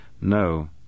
no